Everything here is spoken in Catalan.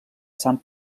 sant